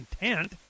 intent